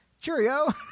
cheerio